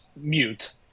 Mute